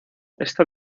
esta